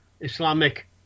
Islamic